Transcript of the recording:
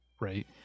Right